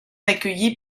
accueilli